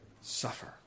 suffer